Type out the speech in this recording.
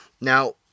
now